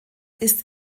ist